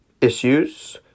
issues